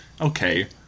okay